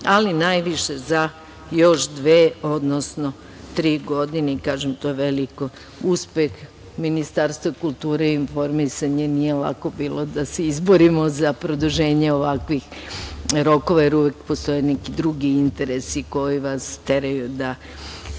ali najviše za još dve, odnosno tri godine. To je veliki uspeh Ministarstva kulture i informisanja. Nije lako bilo da se izborimo za produženje ovakvih rokova, jer uvek postoje neki drugi interesi koji vas teraju da